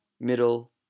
middle